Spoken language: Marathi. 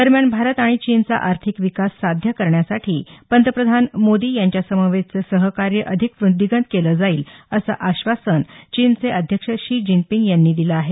दरम्यान भारत आणि चीनचा आर्थिक विकास साध्य करण्यासाठी पंतप्रधान मोदी यांच्यासमवेतचे सहकार्य अधिक वृद्धींगत केले जाईल असं आश्वासन चीनचे अध्यक्ष शी जिनपींग यांनी दिलं आहे